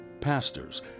Pastors